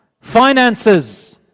Finances